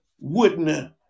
wooden